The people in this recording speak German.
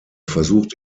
versucht